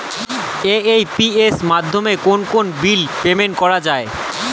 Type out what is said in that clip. AEPS মাধ্যমে কোন কোন বিল পেমেন্ট করা যায়?